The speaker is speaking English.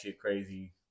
crazy